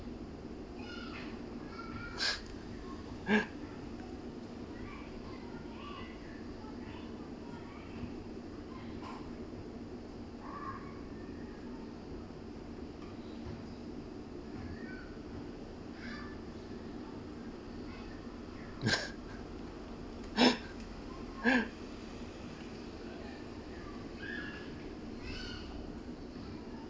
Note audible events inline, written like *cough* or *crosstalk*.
*breath* *laughs*